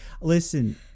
Listen